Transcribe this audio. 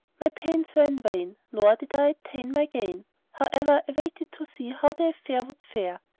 my pains were in vain nor did i attain my gain however, i waited to see how the affair would fare,